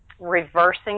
reversing